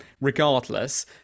regardless